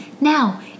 Now